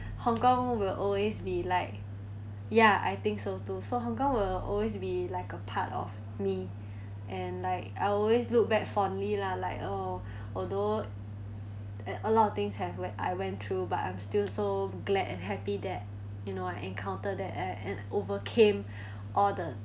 hong kong will always be like ya I think so too so hong kong will always be like a part of me and like I always look back fondly lah like oh although at a lot of things have went I went through but I'm still so glad and happy that you know I encountered that a~ and overcame all the